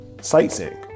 sightseeing